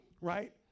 right